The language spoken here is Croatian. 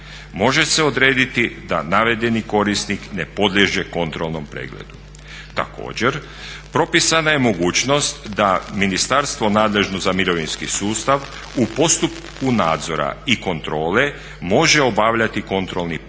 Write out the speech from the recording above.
Može se odrediti da navedeni korisnik ne podliježe kontrolnom pregledu. Također, propisana je mogućnost da ministarstvo nadležno za mirovinski sustav u postupku nadzora i kontrole može obavljati kontrolni pregled